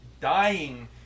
dying